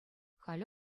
халӗ